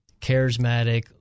charismatic